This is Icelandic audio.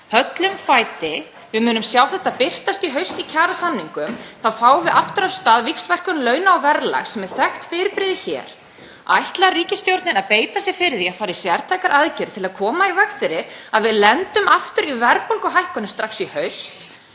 höllum fæti. Við munum sjá þetta birtast í haust í kjarasamningum. Þá fáum við aftur af stað víxlverkun launa og verðlags sem er þekkt fyrirbrigði hér. Ætlar ríkisstjórnin að beita sér fyrir því að fara í sértækar aðgerðir til að koma í veg fyrir að við lendum aftur í verðbólguhækkun strax í haust?